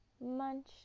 Munch